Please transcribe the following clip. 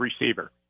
receiver